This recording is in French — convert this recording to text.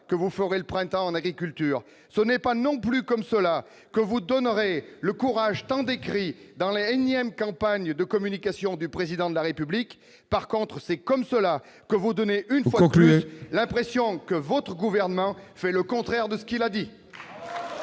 que vont forer le printemps en agriculture, ce n'est pas non plus comme cela que vous donnerez le courage tant décrit dans le nième campagne de communication du président de la République, par contre, c'est comme cela que vous donnez, conclut l'impression que votre gouvernement fait le contraire de ce qu'il a dit.